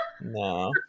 no